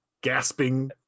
gasping